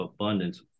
abundance